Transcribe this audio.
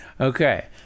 Okay